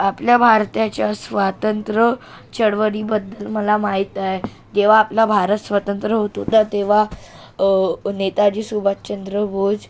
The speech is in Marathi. आपल्या भारताच्या स्वातंत्र्य चळवळीबद्दल मला माहीत आहे जेव्हा आपला भारत स्वतंत्र होत होता तेव्हा नेताजी सुभाषचंद्र बोस